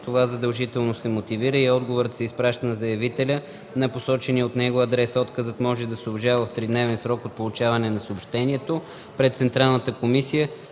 това задължително се мотивира и отговорът се изпраща на заявителя на посочения от него адрес. Отказът може да се обжалва в 3-дневен срок от получаване на съобщението пред Централната